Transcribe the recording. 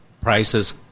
prices